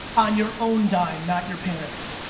on your own dime, not your parents.